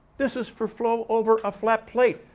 this is for flow over a flat plate.